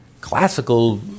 Classical